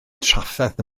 trafferth